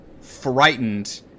frightened